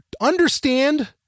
understand